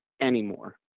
anymore